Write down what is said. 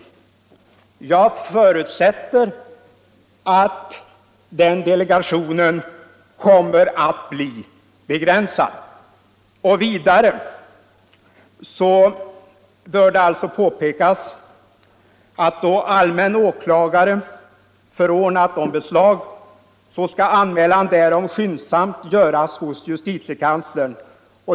Jag förutsätter att delegationen kommer att bli begränsad. Vidare bör det påpekas att då allmän åklagare förordnat om beslag, skall anmälan därom skyndsamt göras hos justitiekanslern.